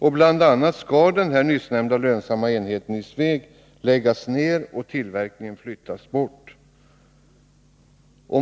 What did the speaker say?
Bl. a. skall den nu nämnda, lönsamma enheten i Sveg läggas ner och tillverkningen flyttas.